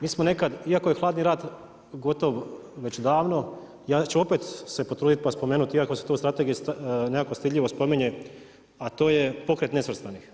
Mi smo nekad, iako je hladni rat gotov već davno, ja ću opet se potrudit pa spomenut iako se to u strategiji nekako stidljivo spominje, a to je pokret nesvrstanih.